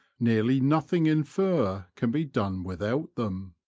nearly nothing in fur can be done without them.